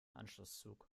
anschlusszug